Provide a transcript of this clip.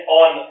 on